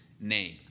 name